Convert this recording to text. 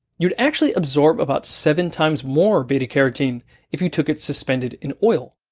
you'd actually absorb about seven times more beta-carotene if you took it suspended in oil.